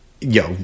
Yo